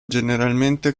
generalmente